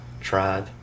tried